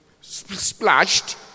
splashed